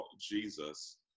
Jesus